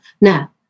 Now